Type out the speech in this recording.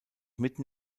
mitten